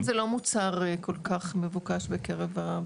בשיכון זה לא מוצר כל כך מבוקש בקרב הוותיקים,